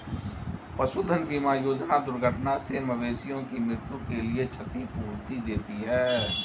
पशुधन बीमा योजना दुर्घटना से मवेशियों की मृत्यु के लिए क्षतिपूर्ति देती है